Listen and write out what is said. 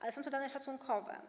Ale są to dane szacunkowe.